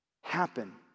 happen